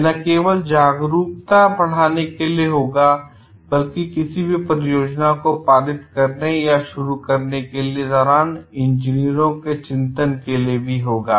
यह न केवल जागरूकता बढ़ाने के लिए होगा बल्कि किसी भी परियोजनाओं को पारित करने या शुरू करने के दौरान इंजीनियरों के चिंतन करने के लिए भी होगा